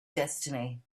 destiny